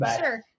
Sure